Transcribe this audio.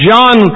John